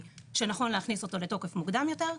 שנכון להכניס אותו לתוקף מוקדם יותר,